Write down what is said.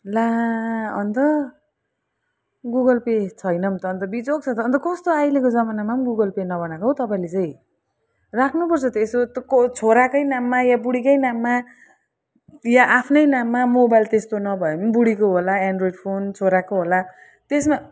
ला अन्त Google Pay छैन भने त अन्त बिजोग छ त अन्त कस्तो आहिलेको जमानामाम गुगल पे नबनाएको हो तपाईँले चाहिँ राख्नुपर्छ त यसो तो को छोराकै नाममा याँ बुढीकै नाममा या आफ्नै नाममा मोबाइल त्यस्तो नभए पनि बुढीको होला एन्ड्रोयड फोन छोराको होला त्यसमा